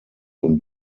und